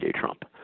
Trump